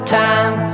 time